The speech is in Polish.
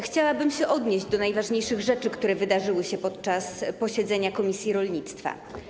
Chciałabym się odnieść do najważniejszych rzeczy, które wydarzyły się podczas posiedzenia komisji rolnictwa.